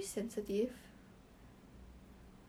she did